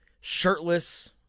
shirtless